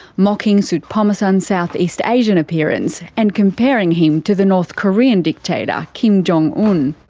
mocking soutphommasane's south-east asian appearance, and comparing him to the north korean dictator kim jong un.